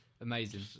Amazing